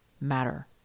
matter